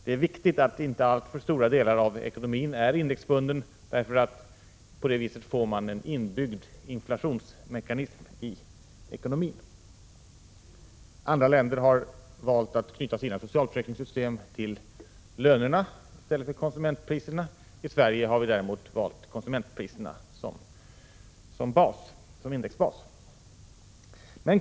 Det är viktigt att inte alltför stora delar av ekonomin är indexbundna, därför att på det viset får man en inbyggd inflationsmekanism i ekonomin. Andra länder har valt att knyta sina socialförsäkringssystem till lönerna i stället för till konsumentpriserna, men i Sverige har vi valt konsumentpriserna som indexbas.